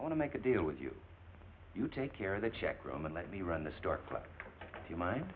i want to make a deal with you you take care of the check room and let me run the store clerk you mi